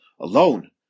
alone